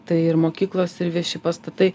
tai ir mokyklos ir vieši pastatai